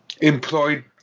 employed